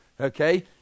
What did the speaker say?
okay